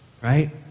Right